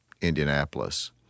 Indianapolis